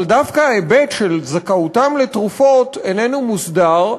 אבל דווקא ההיבט של זכאותם לתרופות איננו מוסדר,